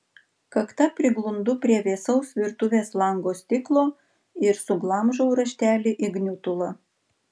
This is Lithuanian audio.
kakta priglundu prie vėsaus virtuvės lango stiklo ir suglamžau raštelį į gniutulą